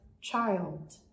child